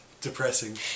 depressing